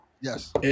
Yes